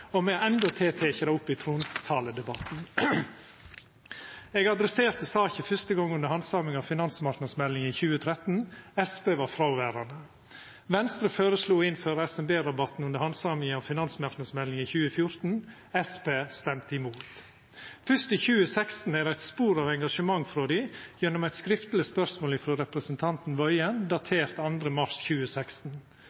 og me har endåtil teke det opp i trontaledebatten. Eg adresserte saka fyrste gong under handsaminga av finansmarknadsmeldinga i 2013. Senterpartiet var fråverande. Venstre føreslo å innføra SMB-rabatten under handsaminga av finansmarknadsmeldinga i 2014. Senterpartiet stemte imot. Først i 2016 er det eit spor av engasjement frå dei gjennom eit skriftleg spørsmål frå representanten